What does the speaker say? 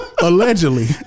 Allegedly